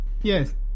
yes